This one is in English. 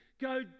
Go